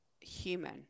human